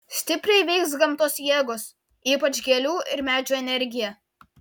stipriai veiks gamtos jėgos ypač gėlių ir medžių energija